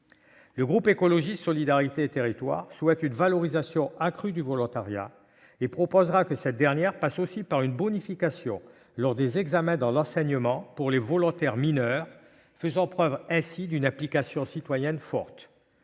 Le groupe Écologiste- Solidarité et Territoires souhaite une valorisation accrue du volontariat et proposera que cela passe aussi par une bonification lors des examens dans l'enseignement pour les volontaires mineurs faisant preuve d'une implication citoyenne forte.